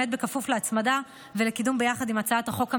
בכפוף להצמדה ולקידום יחד עם הצעת החוק הממשלתית.